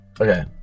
okay